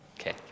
Okay